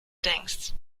denkst